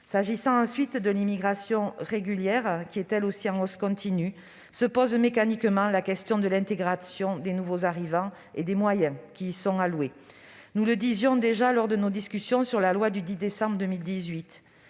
S'agissant ensuite de l'immigration régulière, qui est elle aussi en hausse continue, se pose mécaniquement la question de l'intégration des nouveaux arrivants et des moyens qui y sont alloués. Nous le disions déjà lors de nos discussions sur la loi du 10 décembre 2018,